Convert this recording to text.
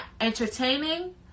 entertaining